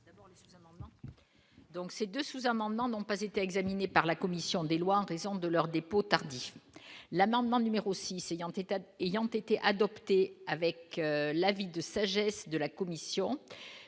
Donc ces 2 sous-amendements n'ont pas été examinés par la commission des lois, en raison de leur dépôt tardif, l'amendement numéro 6 ayant état ayant été adopté avec l'avis de sagesse de la commission,